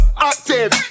Active